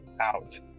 out